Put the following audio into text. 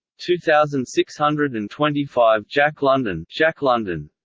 two thousand six hundred and twenty five jack london jack london